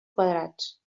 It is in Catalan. quadrats